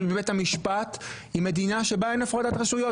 בבית המשפט ,היא מדינה שבה אין הפרדת רשויות,